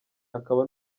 akaba